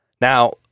Now